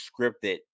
scripted